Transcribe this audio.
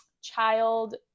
child